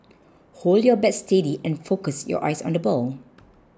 hold your bat steady and focus your eyes on the ball